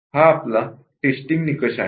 हा आपला टेस्टींग निकष आहे